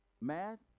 mad